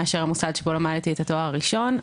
מאשר המוסד שבו למדתי את התואר הראשון.